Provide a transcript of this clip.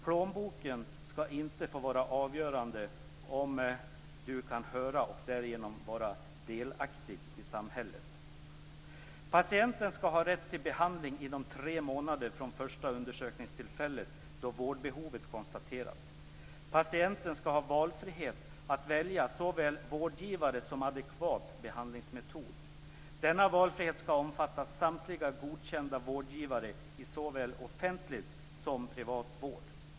Plånboken skall inte få avgöra om man kan höra och därigenom vara delaktig i samhället. Patienten skall ha rätt till behandling inom tre månader från första undersökningstillfället, då vårdbehovet konstaterats. Patienten skall ha frihet att välja såväl vårdgivare som adekvat behandlingsmetod. Denna valfrihet skall omfatta samtliga godkända vårdgivare i såväl offentlig som privat vård.